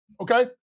Okay